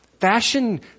Fashion